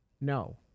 no